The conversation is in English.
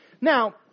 Now